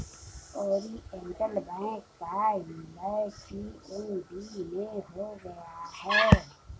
Oriental Bank का विलय PNB में हो गया है